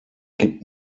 gibt